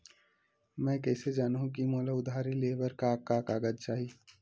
मैं कइसे जानहुँ कि मोला उधारी ले बर का का कागज चाही?